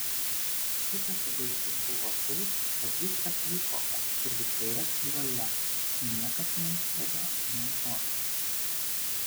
ypač baisu buvo tai kad viskas vyko absoliučioje tyloje niekas neištarė nė žodžio